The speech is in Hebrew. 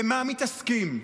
במה מתעסקים?